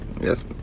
yes